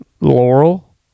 Laurel